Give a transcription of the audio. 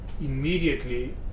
immediately